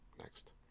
next